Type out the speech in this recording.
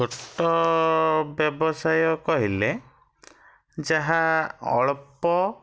ଛୋଟ ଵ୍ୟବସାୟ କହିଲେ ଯାହା ଅଳ୍ପ